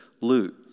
loot